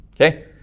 Okay